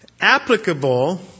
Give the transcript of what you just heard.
applicable